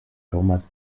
thomas